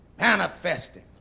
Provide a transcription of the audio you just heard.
Manifesting